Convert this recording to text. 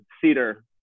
Cedar